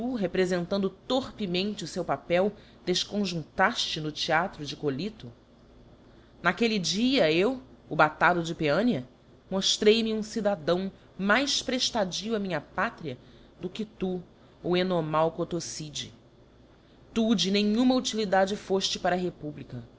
reprefentando torpemente o feu papei defconjunálaste no theatro de colhido n'aquelle dia eu o batalo de paeania moftrei me um cidadão mais preftadio á minha pátria do que tu o ienomau cothocide tu de nenhuma utilidade fofte para a republica